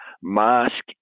mosque